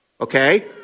okay